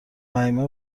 فهمیه